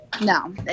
no